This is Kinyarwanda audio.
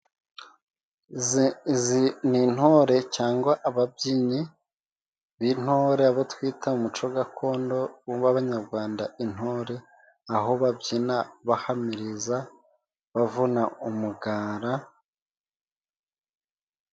Izi izi ni intore cyangwa ababyinnyi b'intore abo twita muco gakondo w'abanyarwanda intore, aho babyina bahamiriza bavuna umugara.